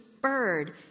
bird